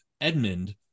Edmund